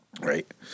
right